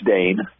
Dane